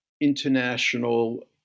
international